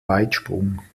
weitsprung